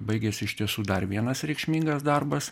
baigėsi iš tiesų dar vienas reikšmingas darbas